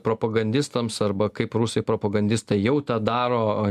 propagandistams arba kaip rusai propagandistai jau tą daro